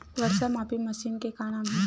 वर्षा मापी मशीन के का नाम हे?